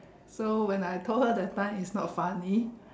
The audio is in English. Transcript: so when I told her that time is not funny